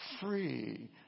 free